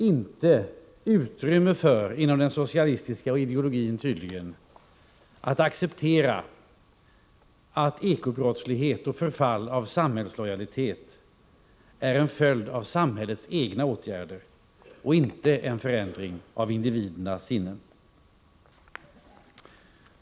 Inom den socialistiska ideologin finns det tydligen inte utrymme för att acceptera att eko-brottslighet och förfall av samhällslojalitet är en följd av samhällets egna åtgärder och inte en förändring av individernas sinnen.